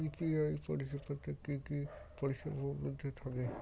UPI পরিষেবা তে কি কি পরিষেবা উপলব্ধি থাকে?